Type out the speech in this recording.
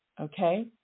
okay